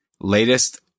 latest